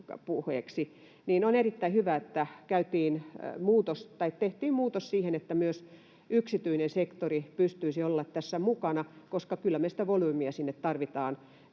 puheeksi. On erittäin hyvä, että tehtiin muutos siihen, että myös yksityinen sektori pystyisi olemaan tässä mukana, koska kyllä me sitä volyymiä sinne tarvitaan